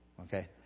Okay